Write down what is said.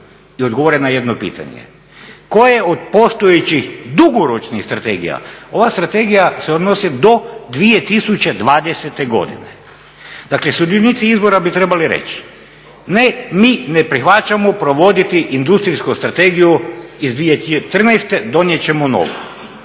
i odgovore na jedno pitanje, koje od postojećih dugoročnih strategija, ova strategija se odnosi do 2020.godine, dakle sudionici izbora bi trebali reći, ne mi ne prihvaćamo provoditi Industrijsku strategiju iz 2014.donijet ćemo novu,